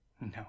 no